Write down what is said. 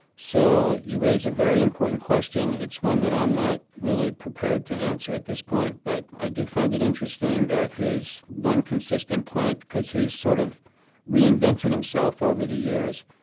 so you raise a very important question, it's one that i'm not really prepared to answer at this point, but i do find it interesting that his one consistent plank. because he's sort of reinvented himself over the years,